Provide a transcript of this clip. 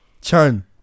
Chun